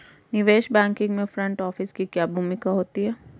निवेश बैंकिंग में front office की क्या भूमिका होती है?